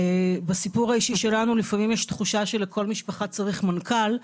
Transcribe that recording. בסיפור האישי שלנו לפעמים יש תחושה שלכל משפחה צריך מנכ"ל,